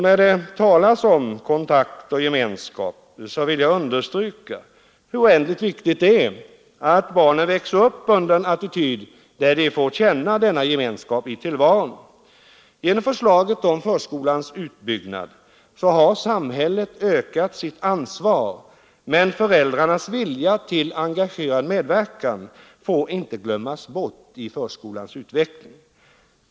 När det talas om kontakt och gemenskap vill jag understryka hur oändligt viktigt det är att barnen växer upp under en attityd där de får känna denna gemenskap i tillvaron. Genom förslaget om förskolans utbyggnad har samhället ökat sitt ansvar, men föräldrarnas vilja till engagerad medverkan får inte glömmas bort i förskolans utveckling.